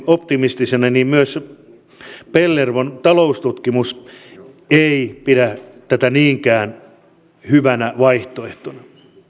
optimistisina niin myös pellervon taloustutkimus ei pidä tätä niinkään hyvänä vaihtoehtona